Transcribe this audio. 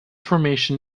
formation